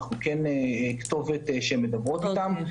אנחנו כן כתובת שמדברת איתן.